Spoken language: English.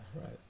Right